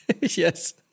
Yes